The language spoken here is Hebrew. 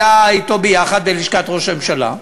היה אתו ביחד בלשכת ראש הממשלה,